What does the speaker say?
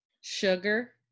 sugar